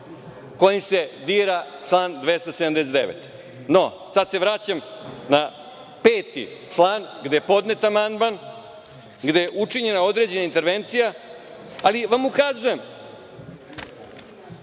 kojim se dira član 279. No, sada se vraćam na peti član, gde je podnet amandman, gde je učinjena određena intervencija, ali vam ukazujem